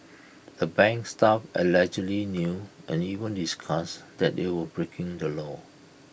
the bank's staff allegedly knew and even discussed that they were breaking the law